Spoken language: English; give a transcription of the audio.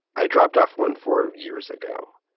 i dropped off one four years ago.